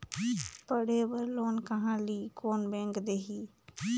पढ़े बर लोन कहा ली? कोन बैंक देही?